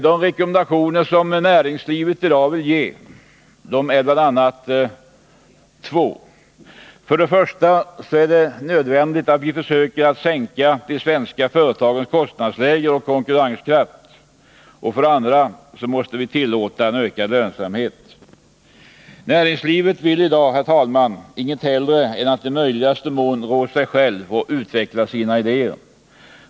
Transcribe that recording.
De rekommendationer som näringslivet i dag vill ge är bl.a. följande två: för det första är det nödvändigt att vi försöker sänka de svenska företagens kostnadsläge och stärka deras konkurrenskraft, och för det andra måste vi tillåta en ökad lönsamhet. Näringslivet vill i dag, herr talman, inget hellre än att i möjligaste mån rå sig självt och utveckla sina idéer.